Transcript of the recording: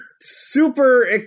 super